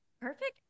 perfect